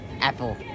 Apple